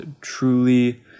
truly